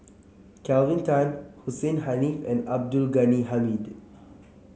Kelvin Tan Hussein Haniff and Abdul Ghani Hamid